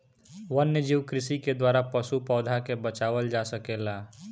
वन्यजीव कृषि के द्वारा पशु, पौधा के बचावल जा सकेला